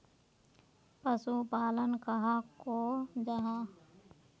पशुपालन कहाक को जाहा?